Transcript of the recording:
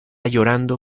llorando